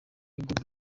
good